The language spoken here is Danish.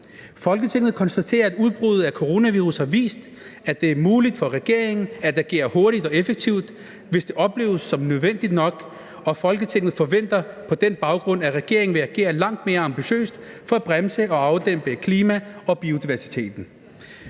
Folketinget konstaterer, at udbruddet af coronavirus har vist, at det er muligt for regeringen at agere hurtigt og effektivt, hvis det opleves som nødvendigt nok, og Folketinget forventer på den baggrund, at regeringen vil agere langt mere ambitiøst for at bremse og afdæmpe klima- og biodiversitetskrisen.